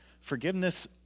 forgiveness